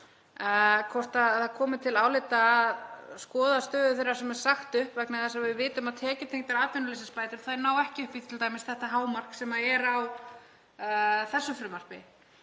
hvort það komi til álita að skoða stöðu þeirra sem er sagt upp, vegna þess að við vitum að tekjutengdar atvinnuleysisbætur ná ekki upp í t.d. þetta hámark sem er á þessu frumvarpi.